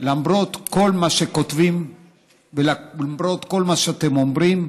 למרות כל מה שכותבים ולמרות כל מה שאתם אומרים.